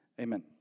Amen